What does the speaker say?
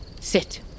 Sit